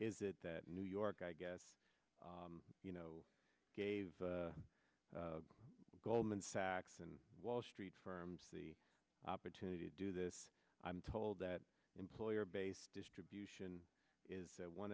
is it that new york i guess you know gave goldman sachs and wall street firms the opportunity to do this i'm told that employer based distribution is